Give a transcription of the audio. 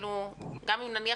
גם אם נניח